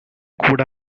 கூட